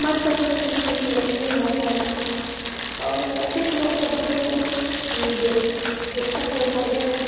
हमरसभके जे छी मैथिली भाषा छी आओर कतेक लोकक देखलहुँ की जे दोसर जगह गेल